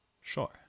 Sure